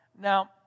Now